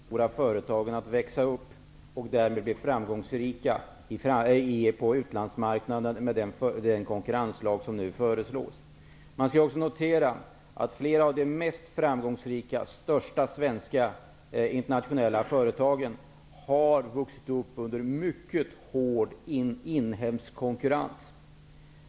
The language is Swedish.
Herr talman! Jag bedömer att det hade gått alldeles utmärkt för företagen att växa och bli framgångsrika på utlandsmarknaden med den konkurrenslag som nu föreslås. Man skall också notera att flera av de största och mest framgångsrika svenska multinationella företagen har vuxit upp under mycket hård inhemsk konkurrens.